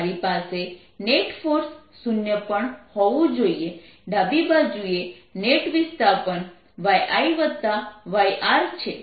મારી પાસે net force શૂન્ય પણ હોવું જોઈએ ડાબી બાજુએ નેટ વિસ્થાપન yIyR છે